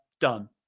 Done